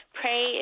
pray